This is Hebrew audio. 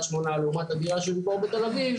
שמונה לעומת הדירה שהוא ימכור בתל אביב,